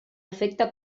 efecte